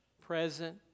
present